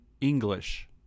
English